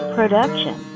Production